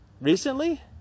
recently